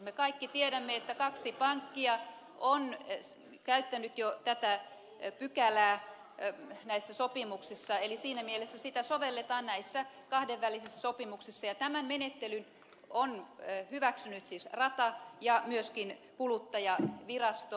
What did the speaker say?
me kaikki tiedämme että kaksi pankkia on käyttänyt jo tätä pykälää näissä sopimuksissa eli siinä mielessä sitä sovelletaan näissä kahdenvälisissä sopimuksissa ja tämän menettelyn on hyväksynyt siis rata ja myöskin kuluttajavirasto